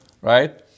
right